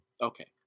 okay